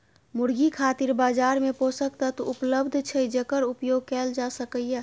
मुर्गी खातिर बाजार मे पोषक तत्व उपलब्ध छै, जेकर उपयोग कैल जा सकैए